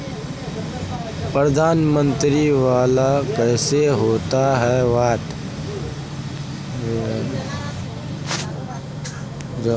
प्रधानमंत्री मंत्री वाला कैसे होता?